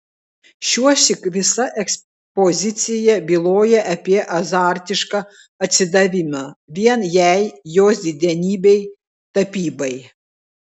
šiuosyk visa ekspozicija byloja apie azartišką atsidavimą vien jai jos didenybei tapybai